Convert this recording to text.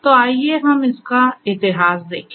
तो आइए हम इसका इतिहास देखें